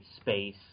space